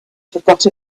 forgot